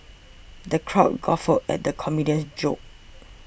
the crowd guffawed at the comedian's jokes